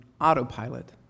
autopilot